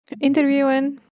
Interviewing